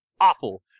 awful